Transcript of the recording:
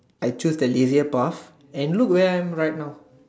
I choose the lazier path and look where I am right now